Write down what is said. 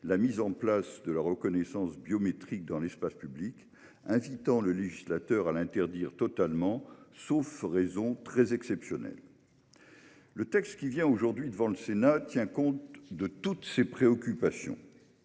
la mise en place de la reconnaissance biométrique dans l'espace public, invitant le législateur à l'interdire totalement, sauf raison très exceptionnelle. Le texte qui vient aujourd'hui devant le Sénat tient compte de toutes ces préoccupations.